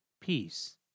peace